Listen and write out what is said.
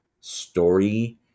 story